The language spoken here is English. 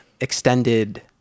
extended